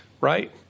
right